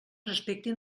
respectin